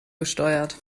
gesteuert